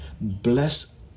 bless